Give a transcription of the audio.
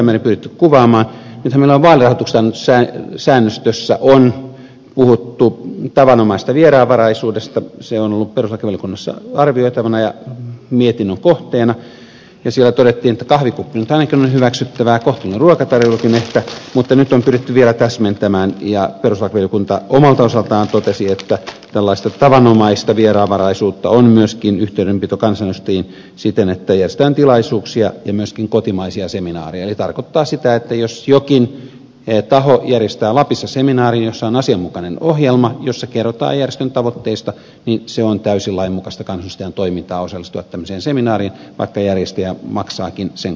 nythän meillä on vaalirahoituksesta annetussa säännöstössä puhuttu tavanomaisesta vieraanvaraisuudesta se on ollut perustuslakivaliokunnassa arvioitavana ja mietinnön kohteena ja siellä todettiin että kahvikuppi nyt on ainakin hyväksyttävää kohtuullinen ruokatarjoilukin ehkä mutta nyt on pyritty vielä täsmentämään ja perustuslakivaliokunta omalta osaltaan totesi että tällaista tavanomaista vieraanvaraisuutta on myöskin yhteydenpito kansanedustajiin siten että järjestetään tilaisuuksia ja myöskin kotimaisia seminaareja eli se tarkoittaa sitä että jos jokin taho järjestää lapissa seminaarin jossa on asianmukainen ohjelma ja jossa kerrotaan järjestön tavoitteista niin se on täysin lainmukaista kansanedustajan toimintaa osallistua tämmöiseen seminaariin vaikka järjestäjä maksaakin sen kustannukset